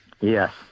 Yes